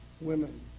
women